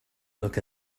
look